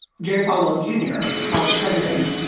jerry falwell, junior and college president,